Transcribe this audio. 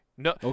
No